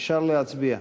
אפשר להצביע.